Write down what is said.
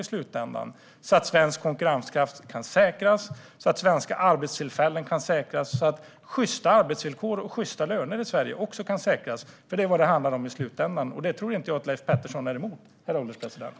På så sätt kan svensk konkurrenskraft och svenska arbetstillfällen säkras, liksom sjysta arbetsvillkor och sjysta löner i Sverige. Det är vad det handlar om i slutändan, och det tror jag inte att Leif Pettersson är emot, herr ålderspresident.